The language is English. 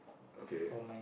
okay